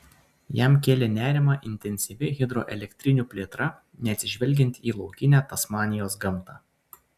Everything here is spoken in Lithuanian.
jam kėlė nerimą intensyvi hidroelektrinių plėtra neatsižvelgiant į laukinę tasmanijos gamtą